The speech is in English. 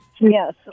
Yes